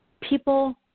People